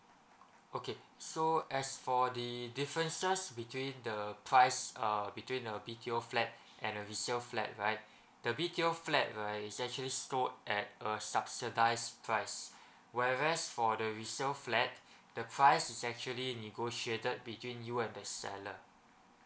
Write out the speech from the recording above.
okay so as for the differences between the price uh between a B_T_O flat and the resale flat right the B_T_O flat right is actually sold at a subsidised price whereas for the resale flat the price is actually negotiated between you and the seller